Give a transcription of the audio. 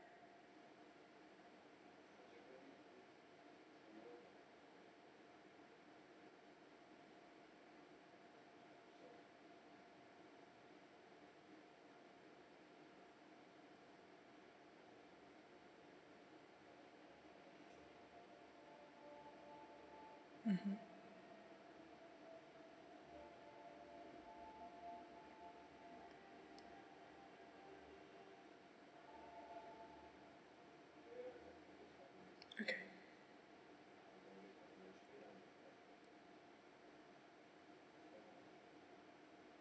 mmhmm okay